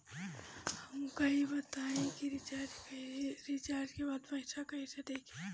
हमका ई बताई कि रिचार्ज के बाद पइसा कईसे देखी?